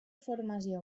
formació